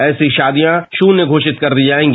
ऐसी शादियां शून्य घोषित कर दी जाएगी